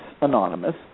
anonymous